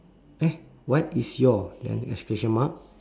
eh what is your then exclamation mark